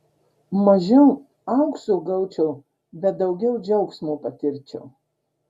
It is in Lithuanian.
mažiau aukso gaučiau bet daugiau džiaugsmo patirčiau